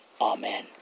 Amen